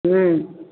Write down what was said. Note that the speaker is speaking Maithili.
ह्म्म